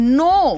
no